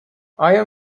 آیا